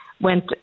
went